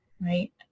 right